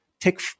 Take